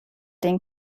den